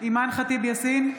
אימאן ח'טיב יאסין,